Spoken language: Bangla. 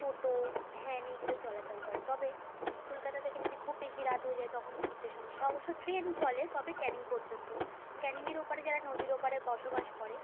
টোটো ভ্যান এইগুলো চলাচল করে তবে কলকাতা থেকে যদি খুব বেশি রাত হয়ে যায় তখন ফিরতে সমস্যা অবশ্য ট্রেন চলে তবে ক্যানিং পর্যন্ত ক্যানিংয়ের ওপারে যারা নদীর ওপারে বসবাস করে